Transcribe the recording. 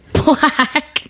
black